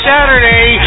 Saturday